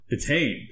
detained